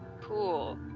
Cool